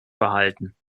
verhalten